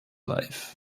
life